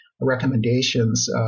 recommendations